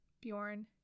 Bjorn